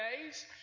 days